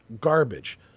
garbage